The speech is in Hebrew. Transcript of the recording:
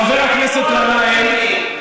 חבר הכנסת גנאים.